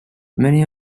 many